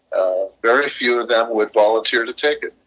ah very few of them would volunteer to take it.